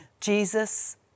Jesus